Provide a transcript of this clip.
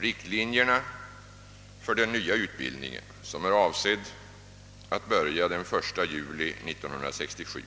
Riktlinjerna för den nya utbildningen, som är avsedd att börja den 1 juli 1967,